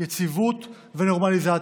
יציבות ונורמליזציה.